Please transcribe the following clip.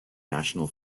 national